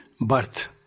birth